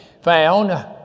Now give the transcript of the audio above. found